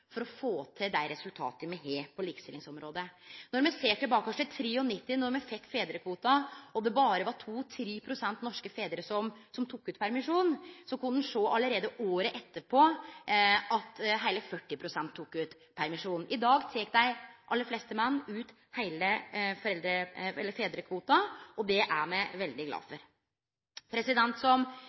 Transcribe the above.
for å høyre kva me har gjort for å få til dei resultata som me har på likestillingsområdet. Når me ser tilbake til 1993 då me fekk fedrekvoten, og det berre var 2–3 pst. norske fedrar som tok ut permisjon, kunne ein allereie året etter sjå at heile 40 pst. tok ut permisjon. I dag tek dei aller fleste menn ut heile fedrekvoten, og det er me veldig glade for. Som